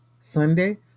Sunday